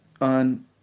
on